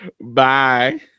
bye